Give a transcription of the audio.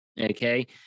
okay